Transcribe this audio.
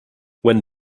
when